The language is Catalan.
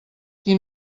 qui